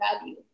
value